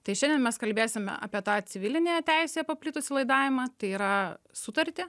tai šiandien mes kalbėsime apie tą civilinėje teisėje paplitusį laidavimą tai yra sutartį